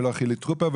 לא חילי טרופר,